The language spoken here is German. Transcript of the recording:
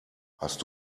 hast